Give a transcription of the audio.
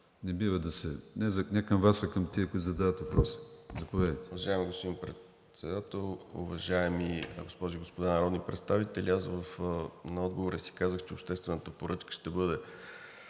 не бива да се… Не към Вас, а към тези, които задават въпроси. Заповядайте.